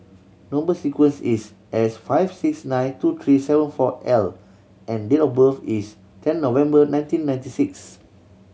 number sequence is S five six nine two three seven four L and date of birth is ten November nineteen ninety six